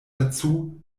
dazu